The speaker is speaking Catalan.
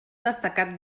destacat